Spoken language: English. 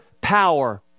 power